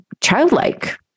childlike